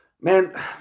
Man